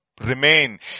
remain